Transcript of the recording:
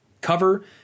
cover